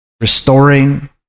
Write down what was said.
restoring